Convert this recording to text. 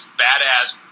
badass